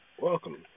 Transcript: Welcome